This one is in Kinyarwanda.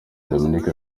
dominique